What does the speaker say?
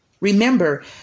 Remember